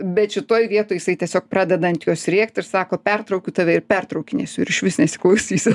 bet šitoj vietoj jisai tiesiog pradeda ant jos rėkt ir sako pertraukiu tave ir pertraukinėsiu ir išvis nesiklausysiu